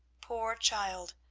poor child,